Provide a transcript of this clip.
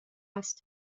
است